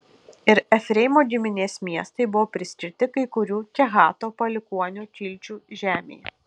ir efraimo giminės miestai buvo priskirti kai kurių kehato palikuonių kilčių žemei